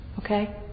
Okay